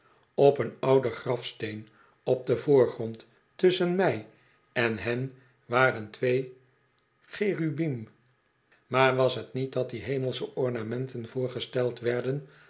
op een ouden grafsteen op den voorgrond tusschen mij en hen waren twee cherubim maar was t niet dat die hemelsche ornamenten voorgesteld werden